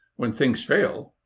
when things fail,